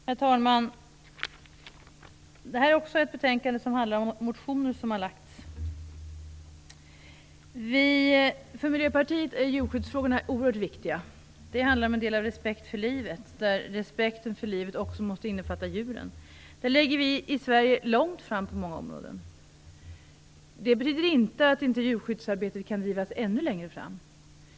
Herr talman! Också detta betänkande behandlar motioner som har väckts. För Miljöpartiet är djurskyddsfrågorna oerhört viktiga. Det handlar om en respekt för livet, som också måste innefatta djuren. Därvidlag är vi i Sverige på många områden långt framme. Det betyder inte att djurskyddsarbetet inte kan drivas ännu längre framåt.